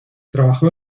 trabajó